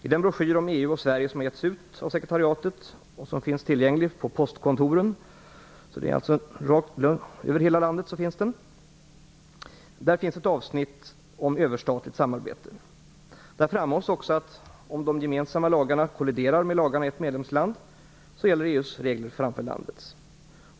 I den broschyr om EU och Sverige som har getts ut av Sekretariatet för Europainformation och som finns tillgänglig på postkontoren finns ett avsnitt om överstatligt samarbete. Där framhålls också att om de gemensamma lagarna kolliderar med lagarna i ett medlemsland, gäller EU:s regler framför landets.